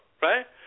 right